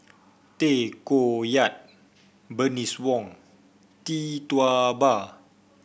Tay Koh Yat Bernice Wong Tee Tua Ba